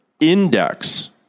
Index